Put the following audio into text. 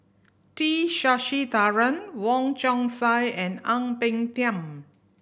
T Sasitharan Wong Chong Sai and Ang Peng Tiam